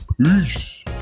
Peace